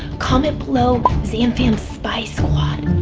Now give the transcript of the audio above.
comment below zamfam spy squad.